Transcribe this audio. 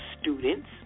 students